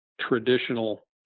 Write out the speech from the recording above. traditional